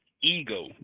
ego